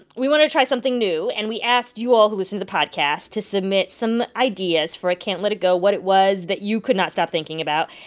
we wanted to try something new. and we asked you all who listen to the podcast to submit some ideas for ah can't let it go what it was that you could not stop thinking about.